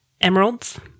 Emeralds